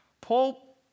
Paul